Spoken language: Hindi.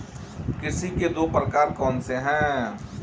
कृषि के दो प्रकार कौन से हैं?